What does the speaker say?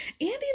Andy